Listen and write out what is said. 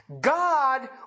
God